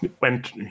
went